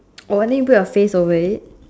oh then you put your face over it